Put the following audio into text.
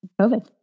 COVID